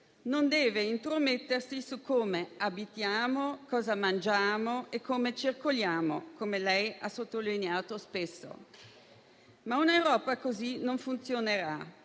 non deve intromettersi su come abitiamo, cosa mangiamo e come circoliamo, come lei ha sottolineato spesso. Ma un'Europa così non funzionerà,